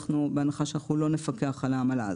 בהנחה שאנחנו לא נפקח על העמלה זאת.